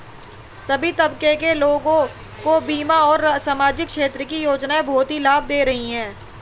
सभी तबके के लोगों को बीमा और सामाजिक क्षेत्र की योजनाएं बहुत ही लाभ दे रही हैं